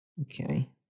Okay